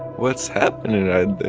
what's happening right there?